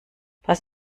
pass